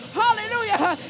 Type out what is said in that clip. hallelujah